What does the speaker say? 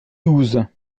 douze